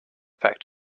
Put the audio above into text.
event